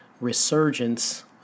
resurgence